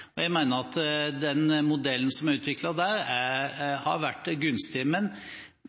Jeg mener den modellen som er utviklet der, har vært gunstig. Men